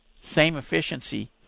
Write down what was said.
same-efficiency